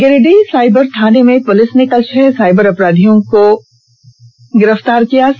Giridih cyber थाना में पुलिस ने कल छह साइबर अपराधियों को गिरफ्तार किया है